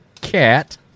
cat